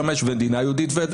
מדינה יהודית ודמוקרטית.